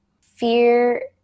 fear